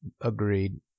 Agreed